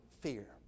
fear